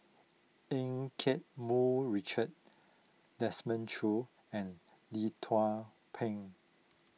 Eu Keng Mun Richard Desmond Choo and Lee Tzu Pheng